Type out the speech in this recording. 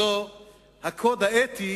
זה הקוד האתי